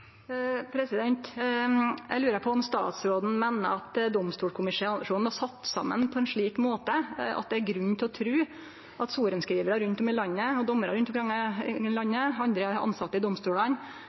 Eg lurer på om statsråden meiner at domstolkommisjonen er sett saman på ein slik måte at det er grunn til å tru at sorenskrivarar, dommarar og andre tilsette i domstolane rundt om i landet